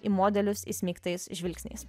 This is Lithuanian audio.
į modelius įsmeigtais žvilgsniais